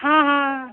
हँ हँ